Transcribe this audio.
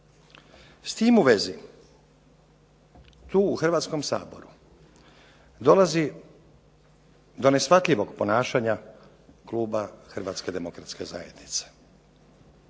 S tim u vezi tu u Hrvatskom saboru dolazi do neshvatljivog ponašanja Kluba Hrvatske demokratske zajednice.